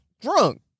drunk